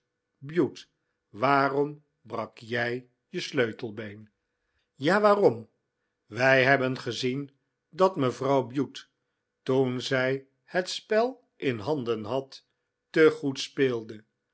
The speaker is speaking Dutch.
bute waarom brak jij je sleutelbeen ja waarom wij hebben gezien dat mevrouw bute toen zij het spel in handen had te goed speelde